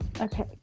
Okay